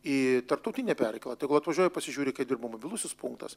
į tarptautinę perkėlą tegul atvažiuoja pasižiūri kaip dirba mobilusis punktas